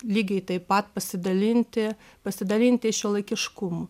lygiai taip pat pasidalinti pasidalinti šiuolaikiškumu